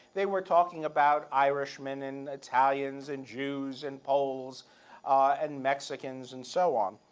they were talking about irishmen and italians and jews and poles and mexicans and so on.